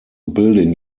building